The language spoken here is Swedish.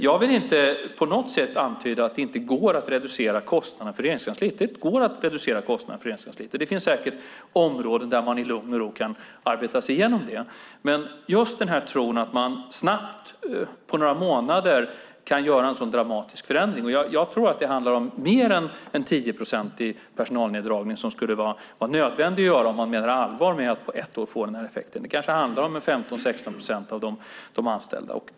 Jag vill inte på något sätt antyda att det inte går att reducera kostnaderna för Regeringskansliet. Det går att reducera kostnaderna för Regeringskansliet. Det finns säkert områden där man i lugn och ro kan arbeta sig igenom det, men jag tror inte att man snabbt, på några månader, kan göra en sådan dramatisk förändring. Jag tror att skulle vara nödvändigt att göra en personalneddragning på mer än 10 procent om man menar allvar med att få den här effekten på ett år. Det kanske handlar om 15-16 procent av de anställda.